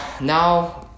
Now